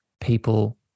people